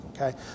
Okay